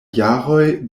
jaroj